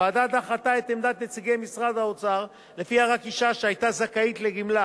הוועדה דחתה את עמדת נציגי משרד האוצר שלפיה רק אשה שהיתה זכאית לגמלה